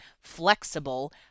flexible